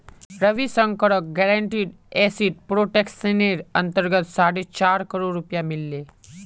रविशंकरक guaranteed asset प्रोटेक्शनेर अंतर्गत साढ़े चार करोड़ रुपया मिल ले